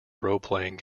roleplaying